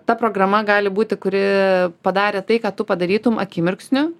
ta programa gali būti kuri padarė tai ką tu padarytum akimirksniu